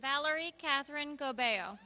valerie catherine go